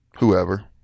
Whoever